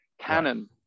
Canon